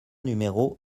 numéro